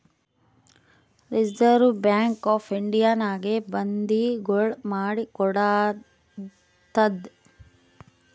reserve bank of ಇಂಡಿಯಾನಾಗೆ ಬಂದಿಗೊಳ್ ಮಾಡಿ ಕೊಡ್ತಾದ್